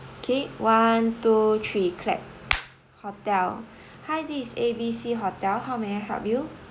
okay one two three clap hotel hi this is A B C hotel how may I help you